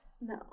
No